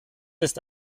ist